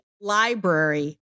library